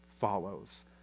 follows